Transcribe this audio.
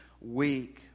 weak